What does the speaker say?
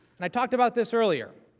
and i talked about this earlier.